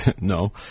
No